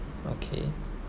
okay